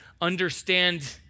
understand